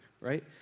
right